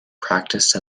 practised